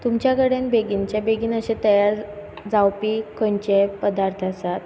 तुमच्या कडेन बेगिनच्या बेगीन अशे तयार जावपी खंयचे पदार्थ आसात